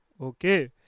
Okay